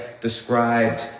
described